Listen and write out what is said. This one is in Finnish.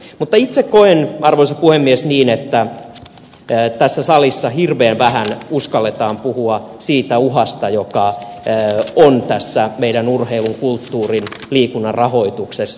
mutta itse koen arvoisa puhemies niin että tässä salissa hirveän vähän uskalletaan puhua siitä uhasta joka on meidän urheilun kulttuurin liikunnan rahoituksessa